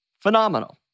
Phenomenal